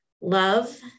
love